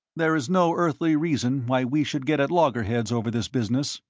there is no earthly reason why we should get at loggerheads over this business,